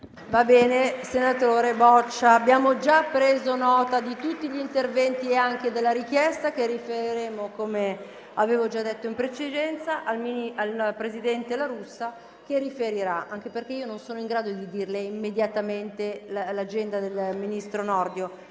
Senatore Boccia, abbiamo già preso nota di tutti gli interventi e anche della richiesta, che riferiremo, come avevo già detto in precedenza, al presidente La Russa, il quale riferirà, anche perché io non sono in grado di dirle immediatamente l'agenda del ministro Nordio.